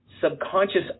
subconscious